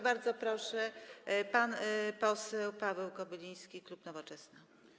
Bardzo proszę, pan poseł Paweł Kobyliński, klub Nowoczesna.